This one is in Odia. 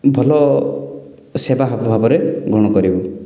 ଭଲ ସେବା ହାବ ଭାବରେ ଗ୍ରହଣ କରିବ